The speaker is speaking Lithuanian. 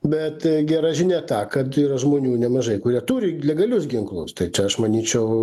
bet gera žinia ta kad yra žmonių nemažai kurie turi legalius ginklus tai aš manyčiau